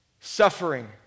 Suffering